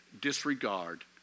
disregard